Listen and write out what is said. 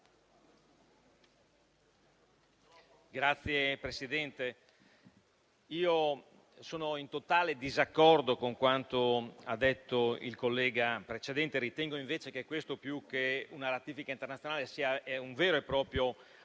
Signor Presidente, sono in totale disaccordo con quanto ha detto il collega precedente e ritengo invece che questa, più che una ratifica internazionale, sia un vero e proprio accordo